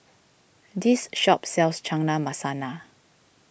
this shop sells Chana Masala